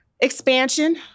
Expansion